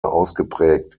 ausgeprägt